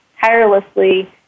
tirelessly